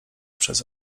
przez